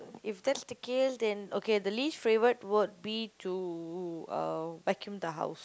if that's the case then okay the least favourite would be to uh vacuum the house